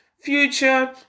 future